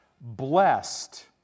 Blessed